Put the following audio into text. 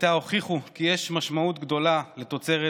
איתה הוכיחו כי יש משמעות גדולה לתוצרת